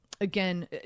Again